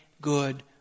good